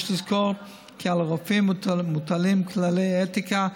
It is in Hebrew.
יש לזכור כי על הרופאים מוטלים כללי אתיקה,